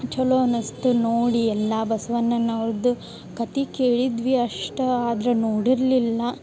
ಛಲೋ ಅನ್ನಸ್ತು ನೋಡಿ ಎಲ್ಲಾ ಬಸ್ವಣ್ನನವ್ರ್ದ ಕತೆ ಕೇಳಿದ್ವಿ ಅಷ್ಟ ಆದ್ರ ನೋಡಿರಲಿಲ್ಲ